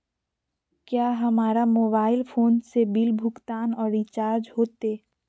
क्या हमारा mobile phone से बिल भुगतान और रिचार्ज होते?